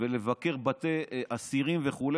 ולבקר בתי אסירים וכו',